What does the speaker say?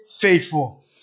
faithful